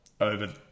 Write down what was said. over